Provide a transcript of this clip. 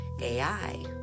AI